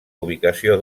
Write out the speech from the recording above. ubicació